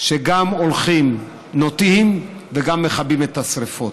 שגם הולכים ונוטעים וגם מכבים את השרפות.